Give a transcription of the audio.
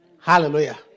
Hallelujah